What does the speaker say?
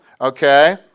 okay